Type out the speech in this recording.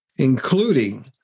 including